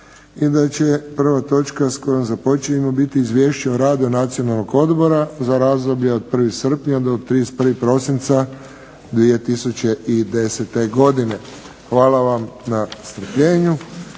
i da će prva točka s kojom započinjemo biti Izvješće o radu Nacionalnog odbora za razdoblje od 1. srpnja do 31. prosinca 2010. godine. Hvala vam na strpljenju.